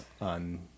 on